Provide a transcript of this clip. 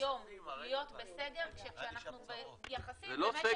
היום להיות בסגר כשאנחנו יחסית במשק --- זה לא סגר.